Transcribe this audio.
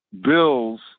bills